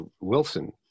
Wilson